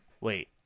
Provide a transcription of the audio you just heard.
Wait